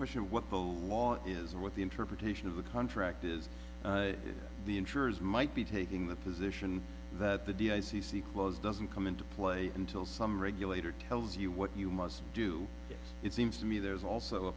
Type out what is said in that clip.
question of what the law is and what the interpretation of the contract is the insurers might be taking the position that the d i c c clause doesn't come into play until some regulator tells you what you must do it seems to me there's also a